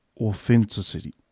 authenticity